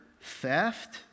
theft